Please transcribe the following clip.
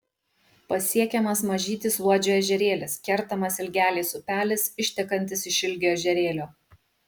pasiekiamas mažytis luodžio ežerėlis kertamas ilgelės upelis ištekantis iš ilgio ežerėlio